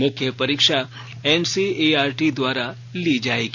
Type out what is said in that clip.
मुख्य परीक्षा एनसीईआरटी द्वारा ली जायेगी